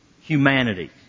humanity